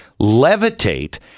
levitate